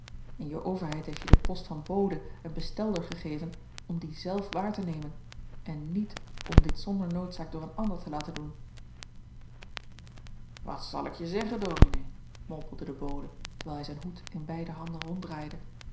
en je overheid heeft je den post van bode en bestelder gegeven om dien zelf waar te nemen niet om dit zonder noodzaak door een ander te laten doen wat zal ik je zeggen dominee mompelde de bode terwijl hij zijn hoed in beide handen